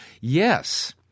Yes